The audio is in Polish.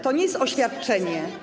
To nie jest oświadczenie.